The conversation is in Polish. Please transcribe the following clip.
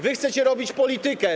Wy chcecie robić politykę?